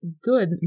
good